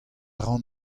ran